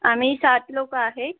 आम्ही सात लोकं आहेत